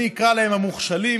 ואני אקרא להם המוכשלים.